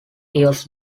years